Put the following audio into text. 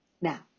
Now